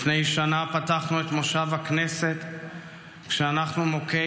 לפני שנה פתחנו את מושב הכנסת כשאנחנו מוכי